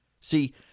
See